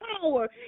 power